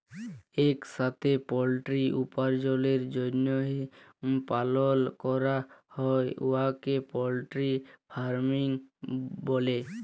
ইকসাথে পলটিরি উপার্জলের জ্যনহে পালল ক্যরা হ্যয় উয়াকে পলটিরি ফার্মিং ব্যলে